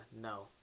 no